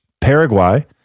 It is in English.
Paraguay